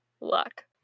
luck